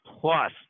plus